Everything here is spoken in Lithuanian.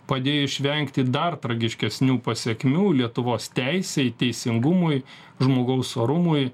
padėjo išvengti dar tragiškesnių pasekmių lietuvos teisei teisingumui žmogaus orumui